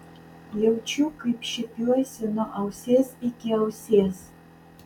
jaučiu kaip šiepiuosi nuo ausies iki ausies